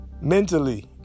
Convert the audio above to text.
mentally